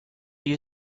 you